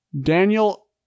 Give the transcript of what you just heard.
Daniel